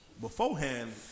beforehand